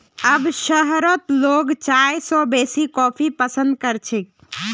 अब शहरत लोग चाय स बेसी कॉफी पसंद कर छेक